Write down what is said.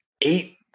eight